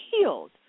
healed